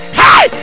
hey